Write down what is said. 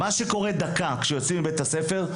מה שקורה דקה אחרי שיוצאים מבית הספר,